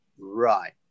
right